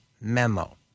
memo